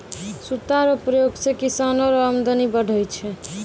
सूता रो प्रयोग से किसानो रो अमदनी बढ़ै छै